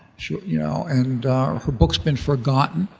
so you know and her book's been forgotten,